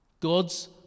God's